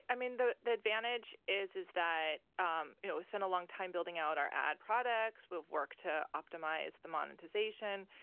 i mean, the the advantage is is that, um you know spent a long time building out our ad products. we have worked to optimize the monetization.